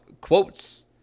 quotes